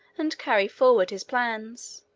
and carry forward his plans.